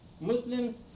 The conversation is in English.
Muslims